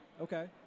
Okay